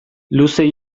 luze